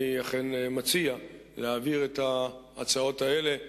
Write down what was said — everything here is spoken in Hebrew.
אני אכן מציע להעביר את ההצעות האלה,